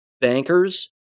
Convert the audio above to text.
bankers